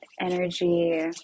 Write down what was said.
energy